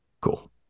Cool